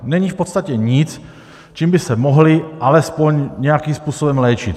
Není v podstatě nic, čím by se mohli alespoň nějakým způsobem léčit.